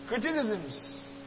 Criticisms